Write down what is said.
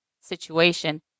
situation